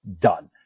done